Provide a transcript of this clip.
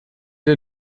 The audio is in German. der